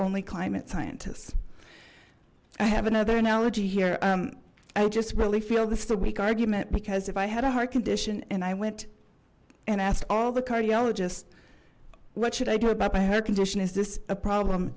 only climate scientists i have another analogy here um i just really feel this is a weak argument because if i had a heart condition and i went and asked all the cardiologists what should i do about my her condition is this a problem